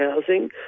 housing